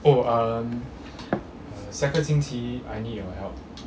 oh uh 下个星期 I need your help